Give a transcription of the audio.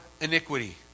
iniquity